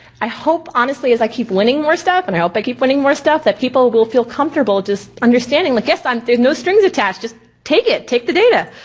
i hope honestly as i keep winning more stuff, and i hope i keep winning more stuff, that people will feel comfortable just understanding like yes um there's no strings attached. just take it, take the data.